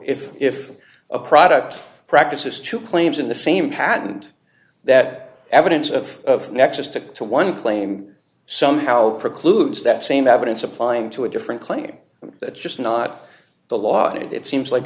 if if a product practices two claims in the same patent that evidence of nexus to to one claim somehow precludes that same evidence applying to a different claim that's just not the law and it seems like